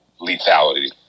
lethality